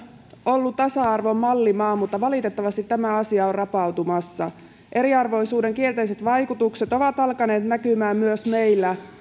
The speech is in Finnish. ollut tasa arvon mallimaa mutta valitettavasti tämä asia on rapautumassa eriarvoisuuden kielteiset vaikutukset ovat alkaneet näkymään myös meillä